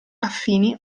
affini